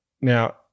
Now